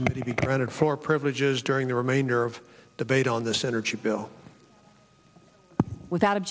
committee presented for privileges during the remainder of debate on this energy bill without